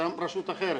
ושם רשות אחרת.